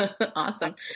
Awesome